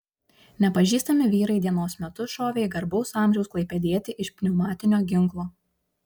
nepažįstami vyrai dienos metu šovė į garbaus amžiaus klaipėdietį iš pneumatinio ginklo